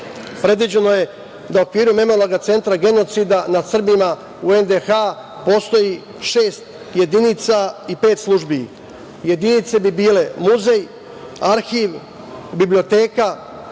predviđeno je da u okviru Memorijalnog centra „Genocida nad Srbima“ u NDH, postoji šest jedinica i pet službi. Jedinice bi bile muzej, arhiv, biblioteka,